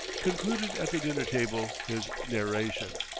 concluded at the dinner-table, his narration.